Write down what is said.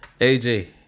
AJ